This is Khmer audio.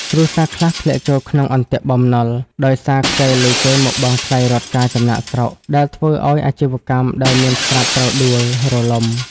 គ្រួសារខ្លះធ្លាក់ចូលក្នុង "អន្ទាក់បំណុល" ដោយសារខ្ចីលុយគេមកបង់ថ្លៃរត់ការចំណាកស្រុក ដែលធ្វើឱ្យអាជីវកម្មដែលមានស្រាប់ត្រូវដួលរលំ។